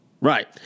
Right